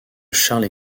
charles